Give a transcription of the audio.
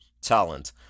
talent